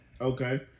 Okay